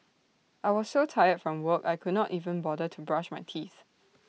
I was so tired from work I could not even bother to brush my teeth